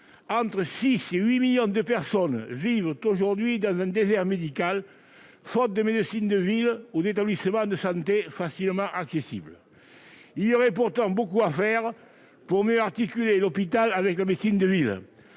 Entre 6 et 8 millions de personnes vivent aujourd'hui dans un désert médical, où ni la médecine de ville ni des établissements de santé ne sont facilement accessibles. Il y aurait pourtant beaucoup à faire pour mieux articuler l'hôpital avec la médecine de ville.